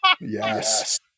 Yes